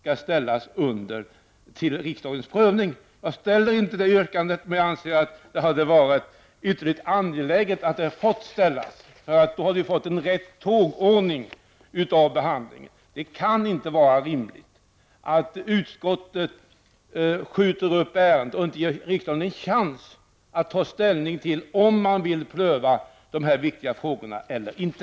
Jag ställer inte ett sådant yrkande, men jag anser att det hade varit ytterst angeläget att få framställa det. Då hade tågordningen när det gäller behandlingen blivit den rätta. Det kan inte vara rimligt att utskottet skjuter upp ärendet och inte ger riksdagen en chans att ta ställning till om man vill pröva dessa viktiga frågor eller inte.